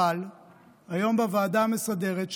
אבל היום בוועדה המסדרת,